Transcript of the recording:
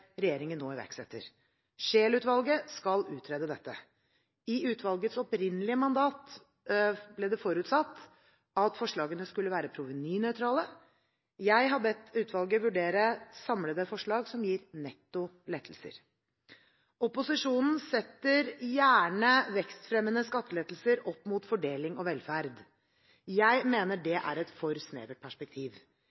regjeringen nå iverksetter. Scheel-utvalget skal utrede dette. I utvalgets opprinnelig mandat ble det forutsatt at forslagene skulle være provenynøytrale. Jeg har bedt utvalget vurdere samlede forslag som gir netto lettelser. Opposisjonen setter gjerne vekstfremmende skattelettelser opp mot fordeling og velferd. Jeg mener